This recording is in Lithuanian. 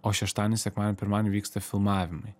o šeštadienį sekmadienį pirmadienį vyksta filmavimai